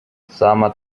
summer